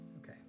Okay